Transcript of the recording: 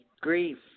grief